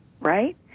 right